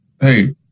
Hey